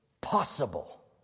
possible